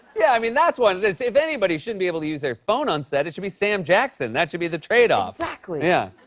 yeah, i mean, that's one if anybody shouldn't be able to use their phone on set, it should be sam jackson. that should be the trade-off. exactly. yeah.